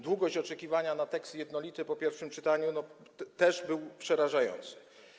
Długość oczekiwania na tekst jednolity po pierwszym czytaniu też była przerażająca.